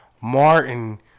Martin